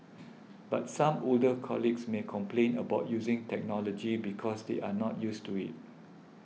but some older colleagues may complain about using technology because they are not used to it